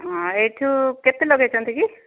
ହଁ ଏଇଠୁ କେତେ ଲଗାଇଛନ୍ତି କି